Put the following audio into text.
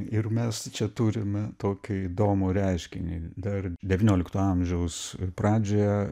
ir mes čia turime tokį įdomų reiškinį dar devyniolikto amžiaus pradžioje